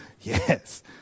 yes